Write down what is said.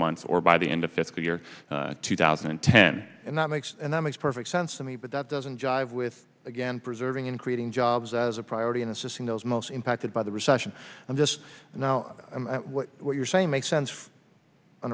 months or by the end of fiscal year two thousand and ten and that makes and that makes perfect sense to me but that doesn't jive with again preserving and creating jobs as a priority and assisting those most impacted by the recession and just now what you're saying makes sense on